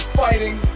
fighting